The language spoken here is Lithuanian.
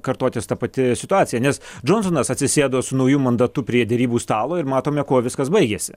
kartotis ta pati situacija nes džonsonas atsisėdo su nauju mandatu prie derybų stalo ir matome kuo viskas baigėsi